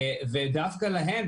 ודווקא להם,